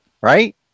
right